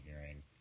hearing